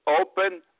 open